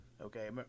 Okay